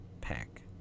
Pack